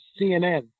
CNN